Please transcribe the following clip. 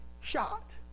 shot